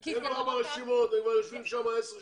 הם כבר ברשימות, הם כבר יושבים שם עשר שנים.